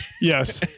Yes